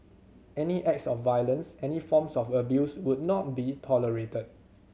any acts of violence any forms of abuse would not be tolerated